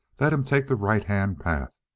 let him take the right-hand path.